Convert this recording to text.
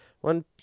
one